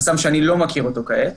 חסם שאני לא מכיר אותו כעת,